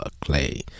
clay